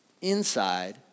inside